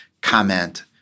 comment